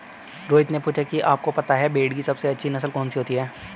रोहित ने पूछा कि आप को पता है भेड़ की सबसे अच्छी नस्ल कौन सी होती है?